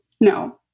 No